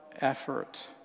effort